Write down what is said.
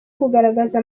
kugaragaza